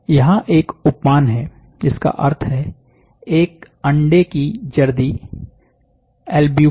यहां एक उपमान है जिसका अर्थ है एक अंडे की जर्दी एल्ब्यूमिन